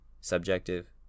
subjective